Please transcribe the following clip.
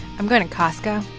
i'm going to costco